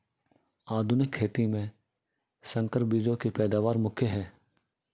आधुनिक खेती में संकर बीजों की पैदावार मुख्य हैं